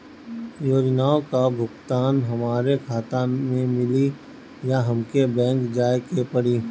योजनाओ का भुगतान हमरे खाता में मिली या हमके बैंक जाये के पड़ी?